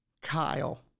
Kyle